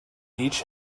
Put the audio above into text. each